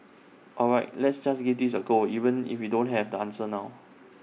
all right let's just give this A go even if we don't have the answer now